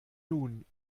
nun